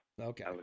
Okay